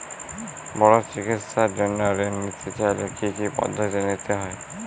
বড় চিকিৎসার জন্য ঋণ নিতে চাইলে কী কী পদ্ধতি নিতে হয়?